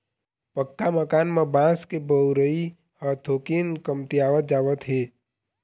पक्का मकान म बांस के बउरई ह थोकिन कमतीयावत जावत हे